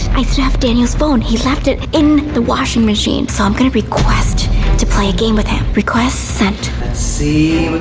i still have daniel's phone. he left it in the washing machine. so i'm going to request to play a game with him. request sent. let's see